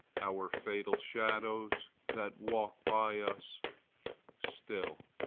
our fatal shadows that walk by us still.